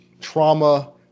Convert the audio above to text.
trauma